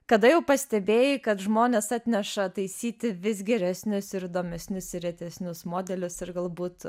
kada jau pastebėjai kad žmonės atneša taisyti vis geresnis ir įdomesnius retesnius modelius ir galbūt